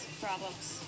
problems